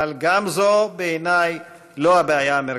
אבל גם זו בעיניי לא הבעיה המרכזית.